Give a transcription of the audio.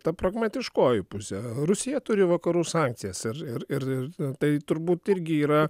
ta pragmatiškoji pusė rusija turi vakarų sankcijas ir ir ir tai turbūt irgi yra